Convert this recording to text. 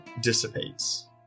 dissipates